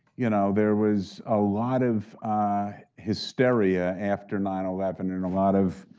you know there was a lot of hysteria after nine eleven, and a lot of,